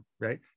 right